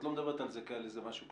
את לא מדברת על זה כאל איזה משהו כללי.